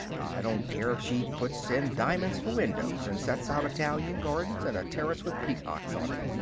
i don't care if she puts in diamonds for windows and sets out italian gardens and a terrace with peacocks on it.